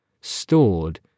stored